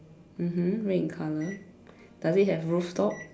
mmhmm red in colour does it have rooftop